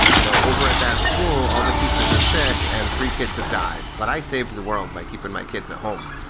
you know, over at that school, all the teachers are sick and three kids have died. but i saved the world by keeping my kids at home